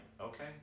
okay